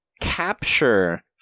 capture